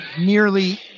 nearly